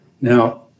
Now